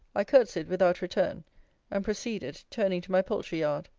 i courtesied without return and proceeded, turning to my poultry-yard.